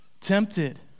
tempted